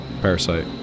parasite